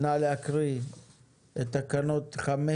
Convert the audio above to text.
נא להקריא את תקנות 15,